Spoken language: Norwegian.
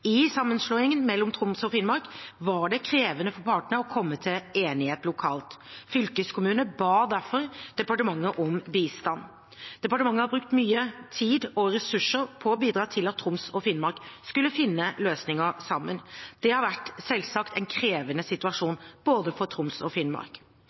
I sammenslåingen mellom Troms og Finnmark var det krevende for partene å komme til enighet lokalt. Fylkeskommunene ba derfor departementet om bistand. Departementet har brukt mye tid og ressurser på å bidra til at Troms og Finnmark skulle kunne finne løsninger sammen. Dette har selvsagt vært en krevende